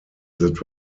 that